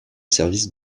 service